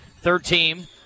third-team